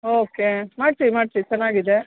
okay ಮಾಡಿಸಿ ಮಾಡಿಸಿ ಚೆನ್ನಾಗಿದೆ